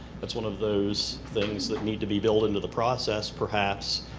that's one of those things that need to be built into the process, perhaps,